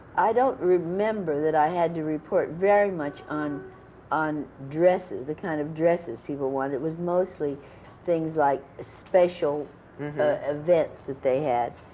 i don't remember that i had to report very much on on dresses, the kind of dresses people wanted. it was mostly things like special events that they had,